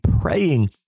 praying